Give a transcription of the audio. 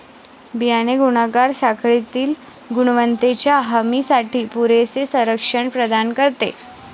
बियाणे गुणाकार साखळीतील गुणवत्तेच्या हमीसाठी पुरेसे संरक्षण प्रदान करते